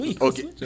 Okay